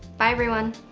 bye everyone.